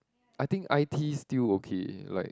I think i_t is still okay like